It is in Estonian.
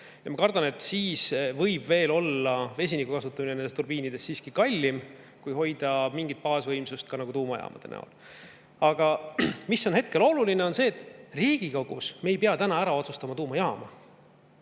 Ma kardan, et siis võib veel olla vesiniku kasutamine nendes turbiinides siiski kallim, kui hoida mingit baasvõimsust ka tuumajaamade näol. Aga hetkel on oluline see, et Riigikogus me ei pea täna ära otsustama tuumajaama.